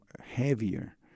heavier